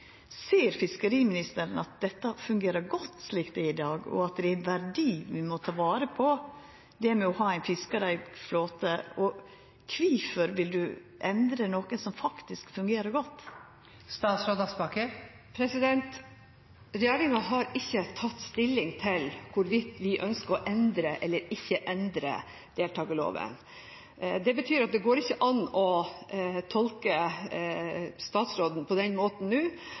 Ser fiskeriministeren at dette fungerer godt slik det er i dag, og at det er ein verdi vi må ta vare på, det å ha ein fiskareigd flåte? Kvifor vil du endra noko som faktisk fungerer godt? Regjeringen har ikke tatt stilling til hvorvidt vi ønsker å endre eller ikke endre deltakerloven. Det betyr at det går ikke an å tolke statsråden på den måten nå